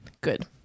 good